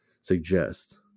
suggest